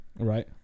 right